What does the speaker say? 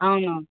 అవునవును